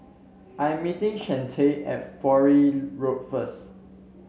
I'm meeting Shante at Fowlie Road first